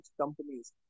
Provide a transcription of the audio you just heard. companies